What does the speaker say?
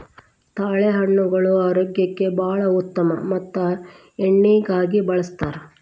ತಾಳೆಹಣ್ಣುಗಳು ಆರೋಗ್ಯಕ್ಕೆ ಬಾಳ ಉತ್ತಮ ಮತ್ತ ಎಣ್ಣಿಗಾಗಿ ಬಳ್ಸತಾರ